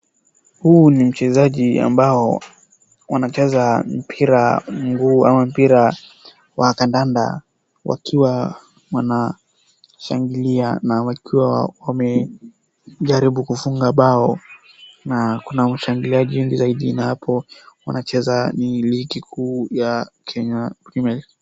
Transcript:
Huyu ni mchezaji ambao wanacheza mpira wa mguu ama mpira wa kandanda, wakiwa wanashangilia na wakiwa wamejaribu kufunga bao, na kuna washangiliaji wengi zaidi na hapo wanacheza ni ligi kuu ya kenya premier league .